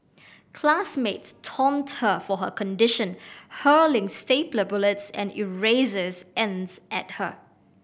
classmates taunted her for her condition hurling stapler bullets and erases ends at her